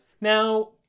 Now